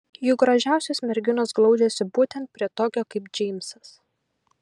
juk gražiausios merginos glaudžiasi būtent prie tokio kaip džeimsas